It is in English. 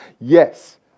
Yes